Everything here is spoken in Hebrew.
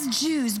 As Jews,